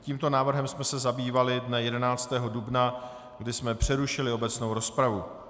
Tímto návrhem jsem se zabývali dne 11. dubna, kdy je přerušili obecnou rozpravu.